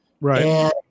Right